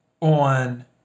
on